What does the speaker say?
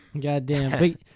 Goddamn